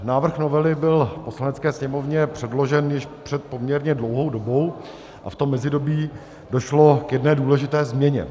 Návrh novely byl Poslanecké sněmovně předložen již před poměrně dlouhou dobou a v mezidobí došlo k jedné důležité změně.